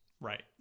right